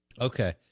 Okay